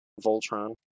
Voltron